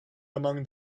among